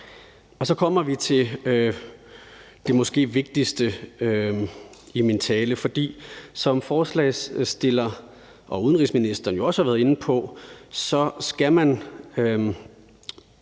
Så kommer vi til det måske vigtigste i min tale, for som forslagsstiller og udenrigsministeren også har været inde på, vil det